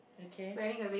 okay